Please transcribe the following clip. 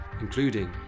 including